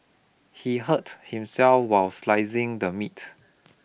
he hurt himself while slicing the meat